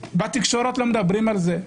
בתקשורת לא מדברים על זה,